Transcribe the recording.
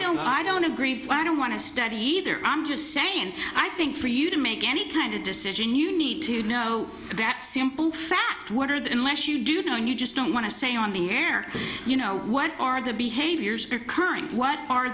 know i don't agree i don't want to study either i'm just saying i think for you to make any kind of decision you need to know that simple fact what are the unless you do know and you just don't want to say on the air you know what are the behaviors your current what are